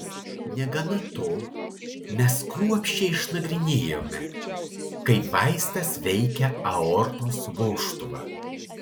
negana to mes kruopščiai išnagrinėjome kaip vaistas veikia aortos vožtuvą